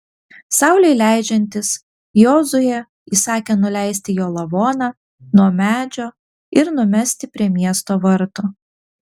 saulei leidžiantis jozuė įsakė nuleisti jo lavoną nuo medžio ir numesti prie miesto vartų